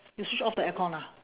you switch off the aircon ah